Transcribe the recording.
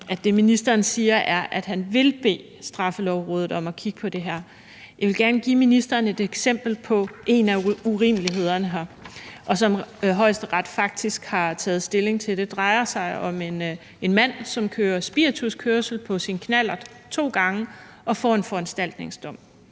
at det, ministeren siger, er, at han vil bede Straffelovrådet om at kigge på det her. Jeg vil gerne give ministeren et eksempel på en af urimelighederne her, som Højesteret faktisk har taget stilling til. Det drejer sig om en mand, som kører spirituskørsel på sin knallert to gange og får en foranstaltningsdom.